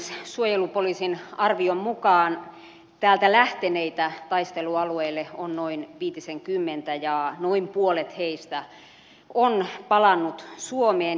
suojelupoliisin arvion mukaan täältä taistelualueelle lähteneitä on noin viitisenkymmentä ja noin puolet heistä on palannut suomeen